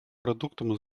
продуктом